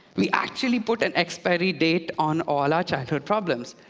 we actually put an expiry date on all our childhood problems.